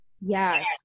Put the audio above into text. Yes